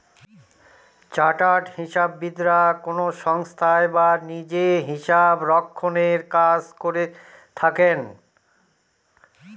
chartered হিসাববিদরা কোনো সংস্থায় বা নিজে হিসাবরক্ষনের কাজ করে থাকেন